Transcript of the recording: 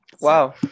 Wow